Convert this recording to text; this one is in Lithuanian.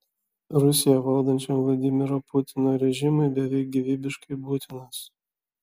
rusiją valdančiam vladimiro putino režimui beveik gyvybiškai būtinas